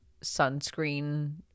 sunscreen